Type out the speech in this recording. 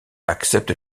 accepte